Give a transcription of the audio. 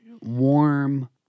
warm